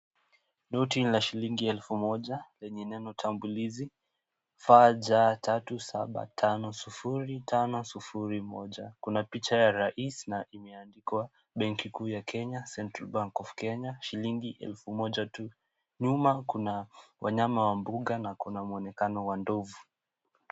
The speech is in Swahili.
Noti la shillingi elfu moja lenye neno tagulizi FJ35701. Kuna picha ya rais na imeandikwa benki kuu ya Kenya. Centran Bank of Kenya, elfu moja tu. Nyuma kuna wanyama wa pori na mwonekano wa ndovu.